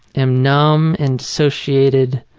am numb and associated